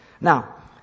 Now